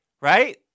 right